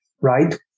right